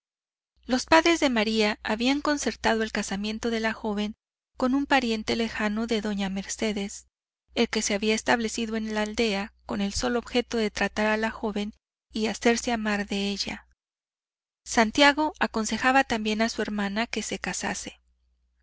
los padres de maría habían concertado el casamiento de la joven con un pariente lejano de doña mercedes el que se había establecido en la aldea con el solo objeto de tratar a la joven y hacerse amar de ella santiago aconsejaba también a su hermana que se casase